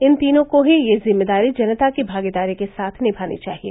इन तीनों को ही यह जिम्मेदारी जनता की भागीदारी के साथ निभानी चाहिए